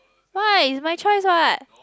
why is my choice what